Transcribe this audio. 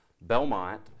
Belmont